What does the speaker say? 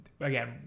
again